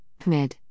PMID